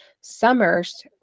Summers